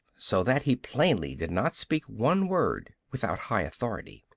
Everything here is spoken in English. so that he plainly did not speak one word without high authority.